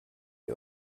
ihr